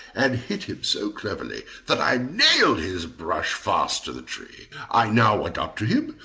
and hit him so cleverly that i nailed his brush fast to the tree. i now went up to him,